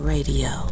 Radio